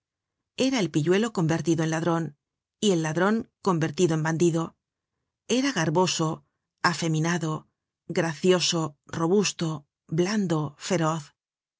era el pilluelo convertido en ladron y el ladron convertido en bandido era garboso afeminado gracioso robusto blando feroz